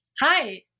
Hi